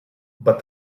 but